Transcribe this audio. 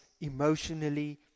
emotionally